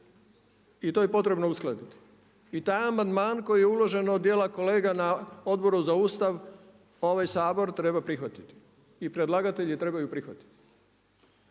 I to je potrebno uskladiti. I taj amandman koji je uložen od dijela kolega na Odboru za Ustav ovaj Sabor treba prihvatiti i predlagatelji trebaju prihvatiti.